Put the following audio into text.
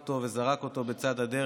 הוא רצח אותו וזרק אותו בצד הדרך.